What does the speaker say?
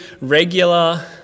regular